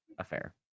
Affair